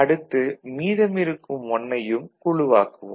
அடுத்து மீதமிருக்கம் "1" ஐயும் குழுவாக்குவோம்